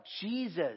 Jesus